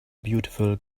beautiful